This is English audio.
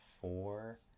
four